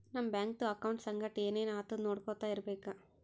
ನಮ್ ಬ್ಯಾಂಕ್ದು ಅಕೌಂಟ್ ಸಂಗಟ್ ಏನ್ ಏನ್ ಆತುದ್ ನೊಡ್ಕೊತಾ ಇರ್ಬೇಕ